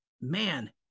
man